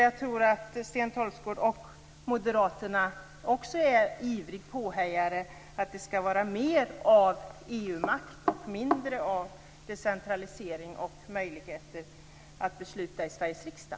Jag tror att också Sten Tolgfors och moderaterna är ivriga påhejare av att det skall vara mer av EU-makt och mindre av decentralisering och möjligheter att besluta i Sveriges riksdag.